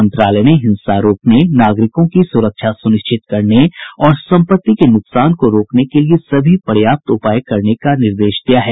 मंत्रालय ने हिंसा रोकने नागरिकों की सुरक्षा सुनिश्चित करने और सम्पत्ति के न्कसान को रोकने के लिए सभी पर्याप्त उपाय करने का निर्देश दिया है